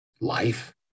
life